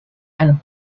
and